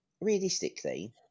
realistically